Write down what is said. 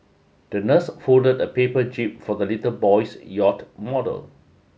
the nurse folded a paper jib for the little boy's yacht model